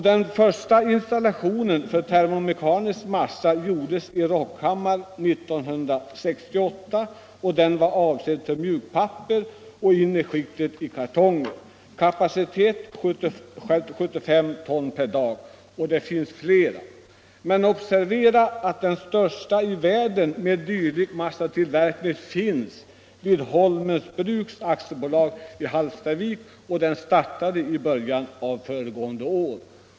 Den första installationen för termomekanisk massa gjordes i Rockhammar 1968, och den var avsedd för mjukpapper och för innerskiktet i kartonger. Kapaciteten var 75 ton per dag. Det finns flera exempel. Men observera att den största installationen i världen för dylik massatillverkning finns vid Holmens Bruk AB i Hallstavik, och den tillverkningen startade i början av föregående år.